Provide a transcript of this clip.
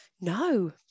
no